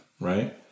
right